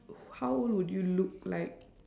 how old would you look like